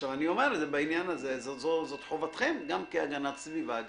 בעניין הזה זאת חובתכם, גם כהגנת סביבה.